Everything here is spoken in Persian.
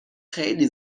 خیلی